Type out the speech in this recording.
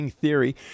theory